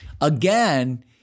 again